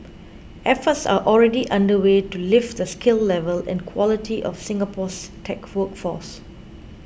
efforts are already underway to lift the skill level and quality of Singapore's tech workforce